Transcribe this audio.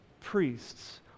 priests